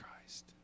Christ